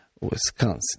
Wisconsin